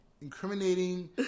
incriminating